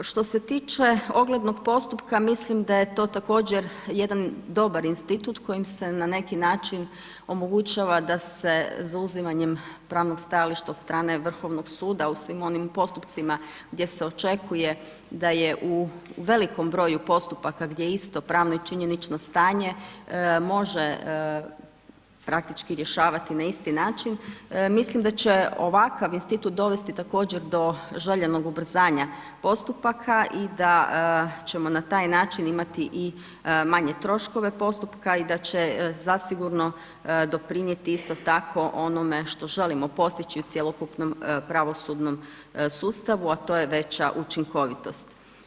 Što se tiče oglednog postupka, mislim da je to također jedan dobar institut kojim se na neki način omogućava da se zauzimanjem pravnog stajališta od strane Vrhovnog suda u svim onim postupcima gdje se očekuje da je u velikom broju postupaka gdje isto pravno i činjenično stanje može praktički rješavati na isti način, mislim da će ovakav institut dovesti također do željenog ubrzanja postupaka i da ćemo na taj način imati i manje troškove postupka i da će zasigurno doprinijeti isto tako onome što želimo postići u cjelokupnom pravosudnom sustavu a to je veća učinkovitost.